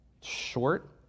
short